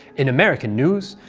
in american news,